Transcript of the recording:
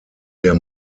der